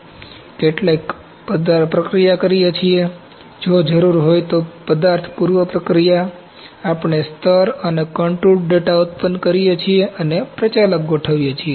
પછી આપણે કેટલીક પદાર્થ પ્રક્રિયા કરીએ છીએ જો જરૂરી હોય તો પદાર્થ પૂર્વ પક્રિયા આપણે સ્તર અને કન્ટુર્ડ ડેટા ઉત્પન્ન કરીએ છીએ અને પ્રચાલક ગોઠવીએ છીએ